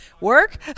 Work